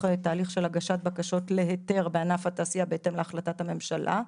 תהליך של הגשת בקשות להיתר בענף התעשייה בהתאם להחלטת הממשלה,